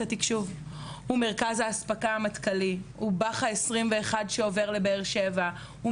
התקשוב: הוא מרכז האספקה המטכ"לי; הוא בח"א 21 שעובר לבאר שבע; הוא